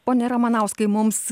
pone ramanauskai mums